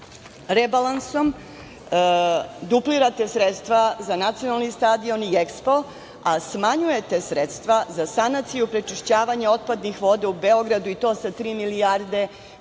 nabavkama. Rebalansom duplirate sredstva za nacionalni stadion i EKSPO, a smanjujete sredstva za sanaciju prečišćavanja otpadnih voda u Beogradu i to sa tri milijarde dinara